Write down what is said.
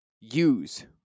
use